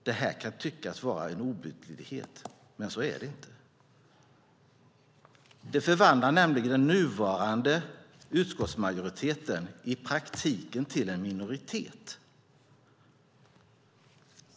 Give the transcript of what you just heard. Det kan tyckas vara en obetydlighet, men så är det inte. Det förvandlar nämligen den nuvarande utskottsmajoriteten i praktiken till en minoritet.